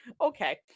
okay